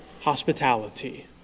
hospitality